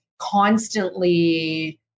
constantly